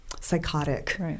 psychotic